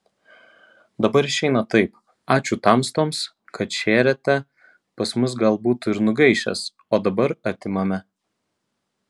dabar išeina taip ačiū tamstoms kad šėrėte pas mus gal būtų ir nugaišęs o dabar atimame